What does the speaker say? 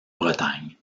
bretagne